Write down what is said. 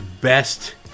best